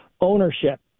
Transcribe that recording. Ownership